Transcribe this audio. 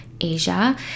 Asia